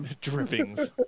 Drippings